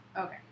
Okay